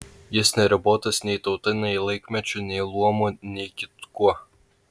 jis neribotas nei tauta nei laikmečiu nei luomu nei kitkuo